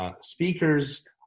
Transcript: Speakers